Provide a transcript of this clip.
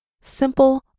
Simple